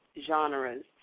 genres